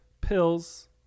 pills